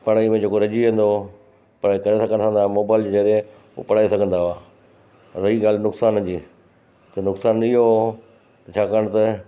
पढ़ाई में जेको रहजी वेंदो हुओ पर तॾहिं छा कंदा हुआ मोबाइल जी जॻह उहे पढ़ाए सघंदा हुआ रही ॻाल्हि नुक़सान जी त नुक़सान इहो हुओ त छाकाणि त